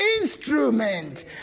instrument